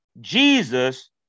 Jesus